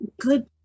good